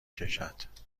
کشد